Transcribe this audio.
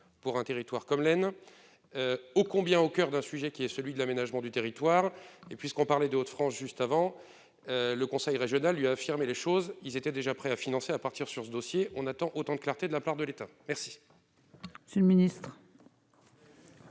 pour un territoire comme la haine oh combien au coeur d'un sujet qui est celui de l'aménagement du territoire et puisqu'on parlait d'autre France juste avant le conseil régional, lui, a affirmé les choses, ils étaient déjà prêts à financer à partir sur ce dossier, on attend autant de clarté de la part de l'État, merci. Si le ministre.